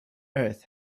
earth